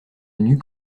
nus